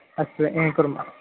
अस्तु एवं कुर्मः